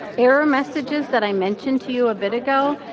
error messages that i mentioned to you a bit ago,